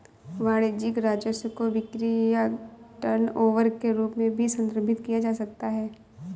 वाणिज्यिक राजस्व को बिक्री या टर्नओवर के रूप में भी संदर्भित किया जा सकता है